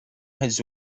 has